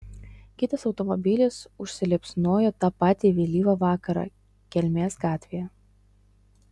kitas automobilis užsiliepsnojo tą patį vėlyvą vakarą kelmės gatvėje